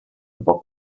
pop